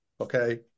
okay